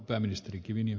arvoisa puhemies